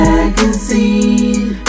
Magazine